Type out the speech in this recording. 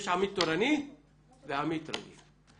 יש אמי"ת תורני ואמי"ת רגיל.